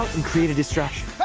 create a distraction.